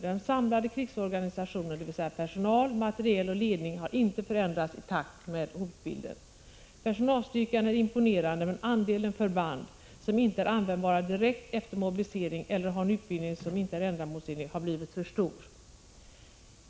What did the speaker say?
Den samlade krigsorganisationen, dvs. personal, materiel och ledning, har 29 inte förändrats i takt med hotbilden. Personalstyrkan är imponerande men andelen förband, som inte är användbara direkt efter mobilisering eller har en utbildning som inte är ändamålsenlig, har blivit för stor.